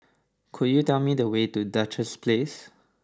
could you tell me the way to Duchess Place